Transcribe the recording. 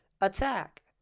Attack